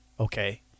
Okay